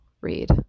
read